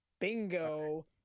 Bingo